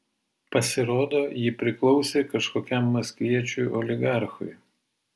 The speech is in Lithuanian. pasirodo ji priklausė kažkokiam maskviečiui oligarchui